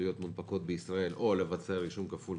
להיות מונפקות בישראל או לבצע רישום כפול,